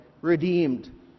redeemed